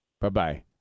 Bye-bye